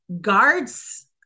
guards